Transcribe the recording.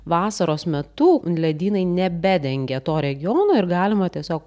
vasaros metu ledynai nebedengia to regiono ir galima tiesiog